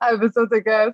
ai visa tokia